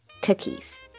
cookies